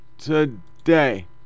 today